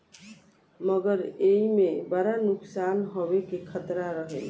मगर एईमे बड़ा नुकसान होवे के खतरा रहेला